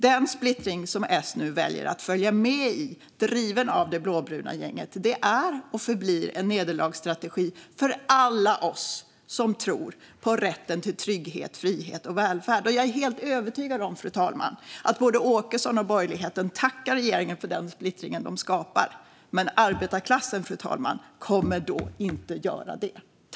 Den splittring som S nu väljer att följa med i, driven av det blåbruna gänget, är och förblir en nederlagsstrategi för alla oss som tror på rätten till trygghet, frihet och välfärd. Jag är helt övertygad om, fru talman, att både Åkesson och borgerligheten tackar regeringen för splittringen den skapar. Men arbetarklassen, fru talman, kommer då inte att göra det.